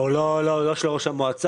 משק צור הוא לא של ראש המועצה.